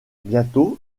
bientôt